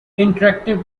interactive